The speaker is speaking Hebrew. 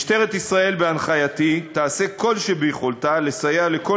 משטרת ישראל בהנחייתי תעשה כל שביכולתה לסייע לכל